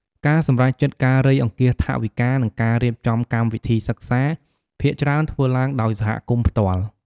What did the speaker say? ការសម្រេចចិត្ត ការរៃអង្គាសថវិកា និងការរៀបចំកម្មវិធីសិក្សា ភាគច្រើនធ្វើឡើងដោយសហគមន៍ផ្ទាល់។